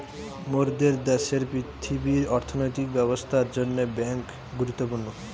মোরদের দ্যাশের পৃথিবীর অর্থনৈতিক ব্যবস্থার জন্যে বেঙ্ক গুরুত্বপূর্ণ